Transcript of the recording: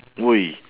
!oi!